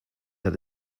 that